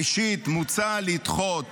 ראשית, מוצע לדחות